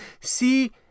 see